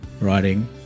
writing